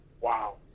Wow